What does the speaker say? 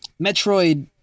Metroid